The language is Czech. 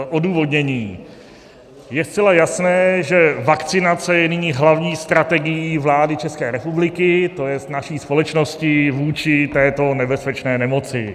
Odůvodnění: Je zcela jasné, že vakcinace je nyní hlavní strategií vlády České republiky, to jest naší společnosti, vůči této nebezpečné nemoci.